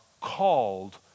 called